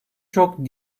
çok